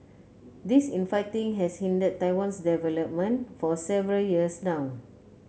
this infighting has hindered Taiwan's development for several years now